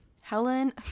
Helen